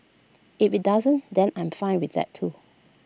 if IT doesn't then I'm fine with that too